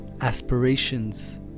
aspirations